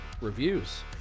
Reviews